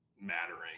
mattering